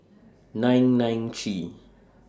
nine nine three